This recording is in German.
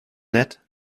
nett